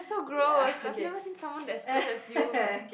so gross I've never seen someone that's gross as you